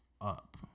up